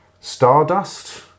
Stardust